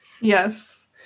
Yes